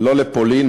לא לפולין,